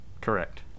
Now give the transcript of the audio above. Correct